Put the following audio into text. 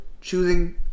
choosing